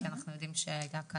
כי אנחנו יודעים שהיו כאן